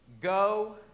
go